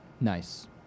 Nice